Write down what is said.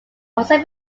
also